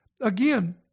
Again